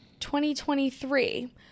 2023